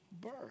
birth